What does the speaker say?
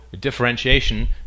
differentiation